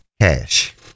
cash